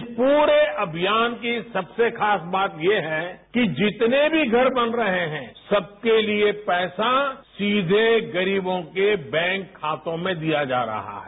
इस पूरे अभियान की सबसे खास बात यह है कि जितने भी घर बन रहे हैं सबके लिए पैसा सीधे गरीबों के बैंक खातों में दिया जा रहा है